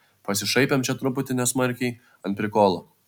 pasišaipėm čia truputį nesmarkiai ant prikolo